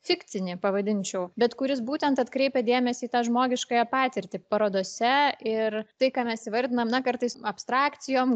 fikcinė pavadinčiau bet kuris būtent atkreipia dėmesį į tą žmogiškąją patirtį parodose ir tai ką mes įvardinam na kartais abstrakcijom